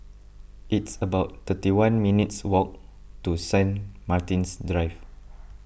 it's about thirty one minutes' walk to Saint Martin's Drive